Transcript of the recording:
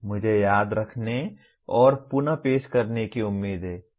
मुझे याद रखने और पुन पेश करने की उम्मीद है